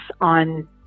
on